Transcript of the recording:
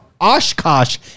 Oshkosh